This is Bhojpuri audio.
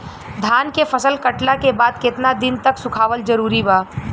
धान के फसल कटला के बाद केतना दिन तक सुखावल जरूरी बा?